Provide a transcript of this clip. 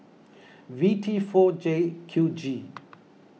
V T four J Q G